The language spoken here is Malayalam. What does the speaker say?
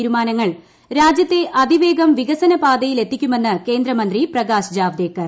തീരുമാനങ്ങൾ രാജ്യത്തെ അതിവേഗം വികസന പാതയിലെത്തിക്കുമെന്ന് കേന്ദ്രമന്ത്രി പ്രകാശ് ജാവ്ദേക്കർ